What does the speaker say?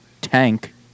tank